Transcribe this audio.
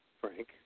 Frank